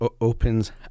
opens